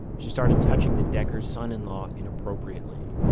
she started touching the decker's son-in-law inappropriately.